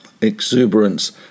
exuberance